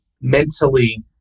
mentally